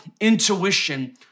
intuition